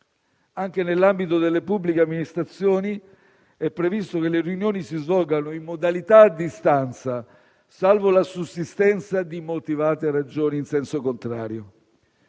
Anche nell'ambito delle pubbliche amministrazioni è previsto che le riunioni si svolgano in modalità a distanza, salvo la sussistenza di motivate ragioni in senso contrario.